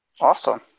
awesome